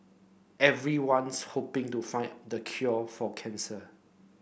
everyone's hoping to find the cure for cancer